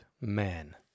man